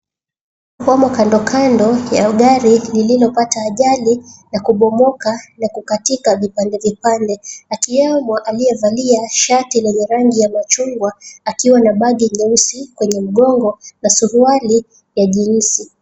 Watu wamo kandokando ya gari lililopata ajali na kubomoka, na kukatika vipande vipande katikakati akiwemo aliyevalia shati ya machungwa akiwa na bagi nyeusi kwenye mgongo na suruali ya jinsi.